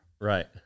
Right